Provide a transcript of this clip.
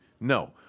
No